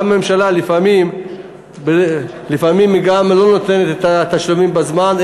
גם הממשלה לפעמים לא נותנת את התשלומים בזמן,